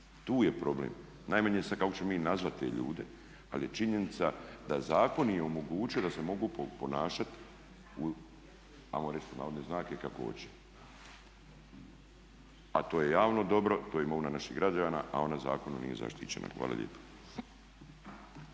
Tu je problem, najmanje je sad kako ćemo mi nazvati te ljude ali je činjenica da zakon je omogućio da se mogu ponašati u ajmo reći pod navodne znake "kako hoće". A to je javno dobro, to je imovina naših građana a ona zakonom nije zaštićena. Hvala lijepo.